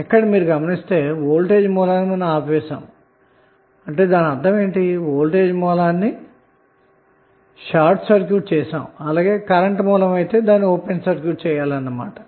ఇక్కడ సోర్స్ ని ఆపివేయటమంటే దానర్ధం వోల్టేజ్ సోర్స్ ని షార్ట్ సర్క్యూట్ చేయుట మరియు కరెంటు సోర్స్ ని ఓపెన్ సర్క్యూట్ చేయుట అన్న మాట